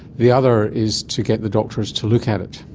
the other is to get the doctors to look at it.